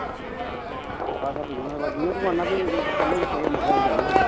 चाह् पीनी ते जन्ने आं किट्ठे चाह् पीने गी जन्ने आं